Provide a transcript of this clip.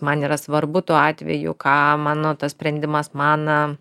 man yra svarbu tuo atveju ką mano tas sprendimas man